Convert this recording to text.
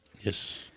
Yes